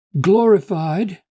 glorified